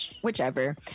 whichever